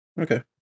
Okay